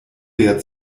wehr